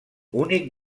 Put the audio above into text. únic